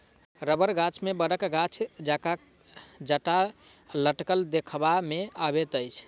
रबड़ गाछ मे बड़क गाछ जकाँ जटा लटकल देखबा मे अबैत अछि